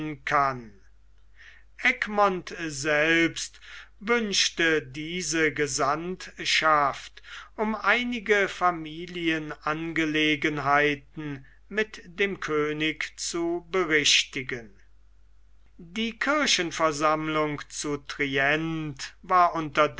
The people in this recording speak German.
egmont selbst wünschte diese gesandtschaft um einige familienangelegenheiten mit dem könig zu berichtigen die kirchenversammlung zu trient war unterdessen